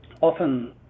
often